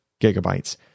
gigabytes